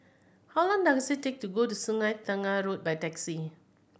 how long does it take to get to Sungei Tengah Road by taxi